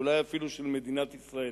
אולי אפילו של מדינת ישראל.